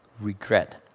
regret